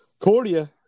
Cordia